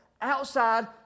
outside